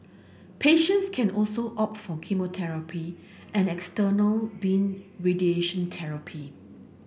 patients can